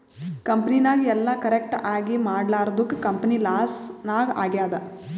ಕಂಪನಿನಾಗ್ ಎಲ್ಲ ಕರೆಕ್ಟ್ ಆಗೀ ಮಾಡ್ಲಾರ್ದುಕ್ ಕಂಪನಿ ಲಾಸ್ ನಾಗ್ ಆಗ್ಯಾದ್